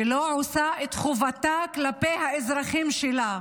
שלא עושה את חובתה כלפי האזרחים שלה.